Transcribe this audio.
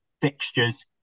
fixtures